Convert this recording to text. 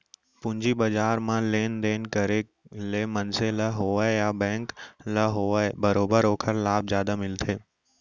पूंजी बजार म लेन देन करे ले मनसे ल होवय या बेंक ल होवय बरोबर ओखर लाभ जादा मिलथे